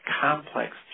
complex